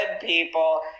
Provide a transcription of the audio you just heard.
people